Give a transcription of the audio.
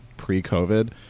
pre-covid